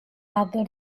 rather